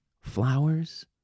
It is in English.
Flowers